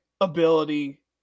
ability